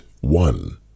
one